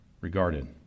regarded